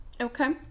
Okay